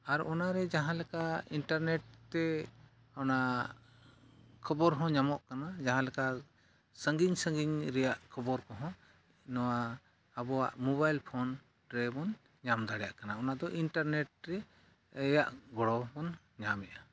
ᱟᱨ ᱚᱱᱟᱨᱮ ᱡᱟᱦᱟᱸᱞᱮᱠᱟ ᱤᱱᱴᱟᱨᱱᱮᱴ ᱛᱮ ᱚᱱᱟ ᱠᱷᱚᱵᱚᱨ ᱦᱚᱸ ᱧᱟᱢᱚᱜ ᱠᱟᱱᱟ ᱡᱟᱦᱟᱸᱞᱮᱠᱟ ᱥᱟᱺᱜᱤᱧ ᱥᱟᱺᱜᱤᱧ ᱨᱮᱭᱟᱜ ᱠᱷᱚᱵᱚᱨ ᱠᱚᱦᱚᱸ ᱱᱚᱣᱟ ᱟᱵᱚᱣᱟᱜ ᱢᱚᱵᱟᱤᱞ ᱯᱷᱳᱱ ᱨᱮᱵᱚᱱ ᱧᱟᱢ ᱫᱟᱲᱮᱭᱟᱜ ᱠᱟᱱᱟ ᱚᱱᱟᱫᱚ ᱤᱱᱴᱟᱨᱱᱮᱴ ᱨᱮ ᱨᱮᱭᱟᱜ ᱜᱚᱲᱚ ᱵᱚᱱ ᱧᱟᱢᱮᱫᱟ